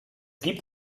gibt